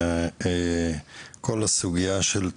וכל הסוגייה של תשתיות,